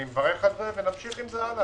אני מברך על זה ונמשיך עם זה הלאה.